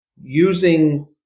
using